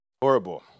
Horrible